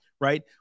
right